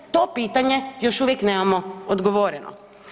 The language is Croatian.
To pitanje još uvijek nemamo odgovoreno.